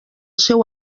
seu